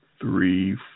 three